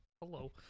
hello